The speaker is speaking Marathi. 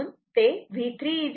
म्हणून ते V3 15